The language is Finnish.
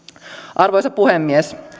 arvoisa puhemies